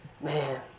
man